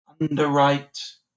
Underwrite